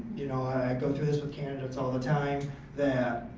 you know i go through this with candidates all the time that,